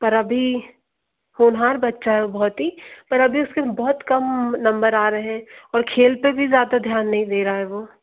पर अभी होनहार बच्चा है वह बहुत ही पर अभी उसके बहुत कम नंबर आ रहे हैं और खेल पर भी ज़्यादा ध्यान नहीं दे रहा है वह